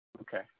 Okay